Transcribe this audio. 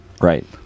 right